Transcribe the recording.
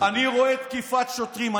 אני רואה תקיפת שוטרים.